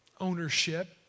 ownership